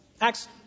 Acts